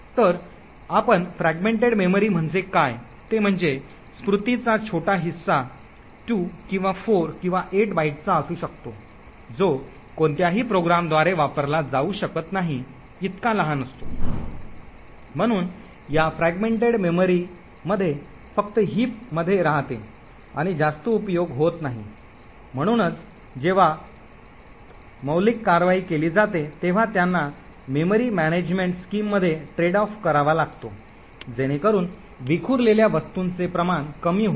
तर आपण fragmented memory म्हणजे काय ते म्हणजे स्मृतीचा छोटा हिस्सा 2 किंवा 4 किंवा 8 बाइटचा असू शकतो जो कोणत्याही प्रोग्रामद्वारे वापरला जाऊ शकत नाही इतका लहान असतो म्हणून या फ्रॅगमेंटेड मेमरी फक्त हिप मध्ये राहते आणि जास्त उपयोग होत नाही म्हणूनच जेव्हा मौलिक कार्यवाही केली जाते तेव्हा त्यांना मेमरी मॅनेजमेंट स्कीममध्ये व्यापार करावा लागतो जेणेकरून विखुरलेल्या वस्तूंचे प्रमाण कमी होईल